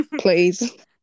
Please